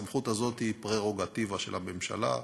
הסמכות הזאת היא פררוגטיבה של הממשלה,